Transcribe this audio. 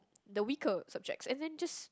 the weaker subjects and then just